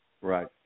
Right